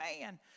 man